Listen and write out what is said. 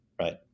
right